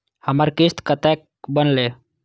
हमर किस्त कतैक बनले?